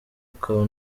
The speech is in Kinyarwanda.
akaba